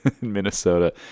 Minnesota